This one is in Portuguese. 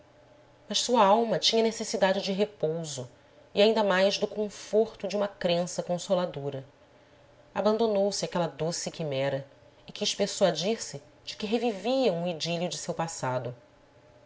mas sua alma tinha necessidade de repouso e ainda mais do conforto de uma crença consoladora abandonou se àquela doce quimera e quis persuadir se de que revivia um idílio de seu passado